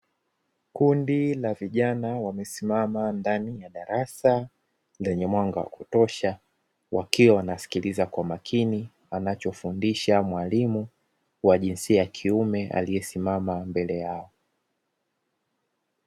Kundi la vijana wamesimama ndani ya darasa lenye mwanga wa kutosha, wakiwa wanasikiliza kwa makini anachofundisha mwalimu wa jinsia ya kiume, aliyesimama mbele yao.